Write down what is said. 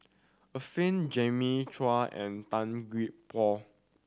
Arifin Jimmy Chok and Tan Gee Paw